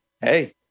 hey